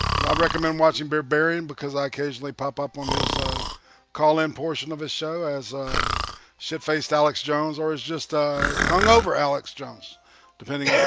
i recommend watching burberry and because i occasionally pop up on his call and portion of his show as shit-faced alex jones, or is just hungover alex jones yeah